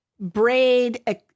braid